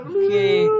okay